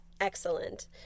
Excellent